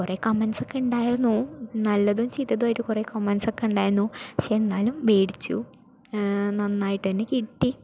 കുറെ കമന്റ്സൊക്കെ ഉണ്ടായിരുന്നു നല്ലതും ചീത്തതുമായ കുറെ കമന്റ്സൊക്കെ ഉണ്ടായിരുന്നു പക്ഷേ എന്നാലും മേടിച്ചു നന്നായിട്ടുതന്നെ കിട്ടി